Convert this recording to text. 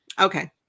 Okay